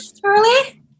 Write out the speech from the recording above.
Charlie